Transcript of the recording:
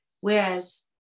Whereas